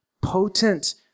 potent